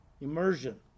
immersion